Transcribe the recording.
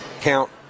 count